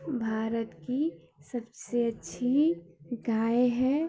भारत की सबसे अच्छी गाय है